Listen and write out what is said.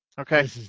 Okay